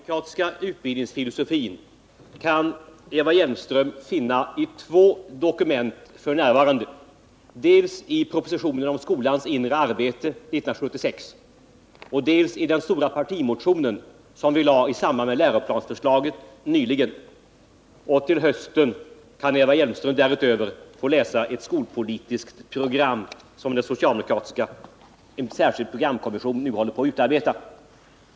Herr talman! Den socialdemokratiska utbildningsfilosofin kan Eva Hjelmström f. n. återfinna i två dokument, dels i propositionen om skolans inre arbete 1976, dels i den stora partimotion som vi lade fram i samband med läroplansförslaget nyligen. I höst kan Eva Hjelmström också få läsa ett skolpolitiskt program som en särskild programkommission nu håller på att utarbeta.